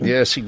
Yes